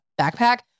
backpack